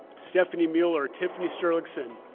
stephanie mueller, tiffany sturlaugson,